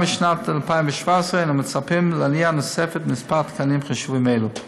בשנת 2017 אנו מצפים לעלייה נוספת במספר תקנים חשובים אלו.